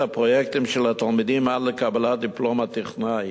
הפרויקטים של התלמידים עד לקבלת דיפלומת טכנאי.